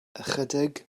ychydig